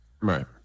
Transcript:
Right